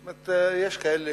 זאת אומרת, יש כאלה